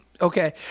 Okay